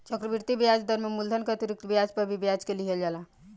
चक्रवृद्धि ब्याज दर में मूलधन के अतिरिक्त ब्याज पर भी ब्याज के लिहल जाला